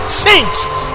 changed